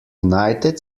united